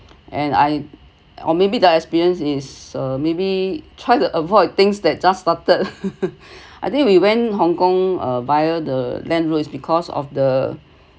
and I or maybe the experience is uh maybe try to avoid things that just started I think we went hong kong uh via the land roads because of the